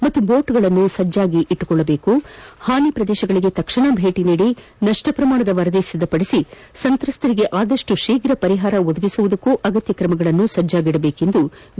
ಹಾಗೂ ಬೋಟ್ಗಳನ್ನು ಸಿದ್ಧವಾಗಿ ಇಟ್ಟುಕೊಳ್ಳಬೇಕು ಹಾನಿ ಪ್ರದೇಶಗಳಿಗೆ ತಕ್ಷಣ ಭೇಟಿ ನೀಡಿ ನಷ್ಟ ಪ್ರಮಾಣದ ವರದಿ ಸಿದ್ಧಪಡಿಸಿ ಸಂತ್ರಸ್ಥರಿಗೆ ಆದಷ್ಟು ಶೀಘ್ ಪರಿಹಾರ ಒದಗಿಸುವುದಕ್ಕೂ ಆಗತ್ಯ ಕ್ರಮ ಕೈಗೊಳ್ಳುವಂತೆ ಬಿ